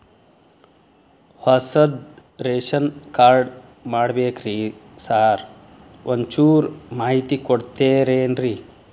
ಹೊಸದ್ ration card ಮಾಡ್ಬೇಕ್ರಿ sir ಒಂಚೂರ್ ಮಾಹಿತಿ ಕೊಡ್ತೇರೆನ್ರಿ?